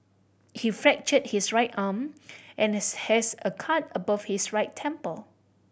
he fractured his right arm and has a cut above his right temple